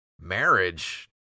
marriage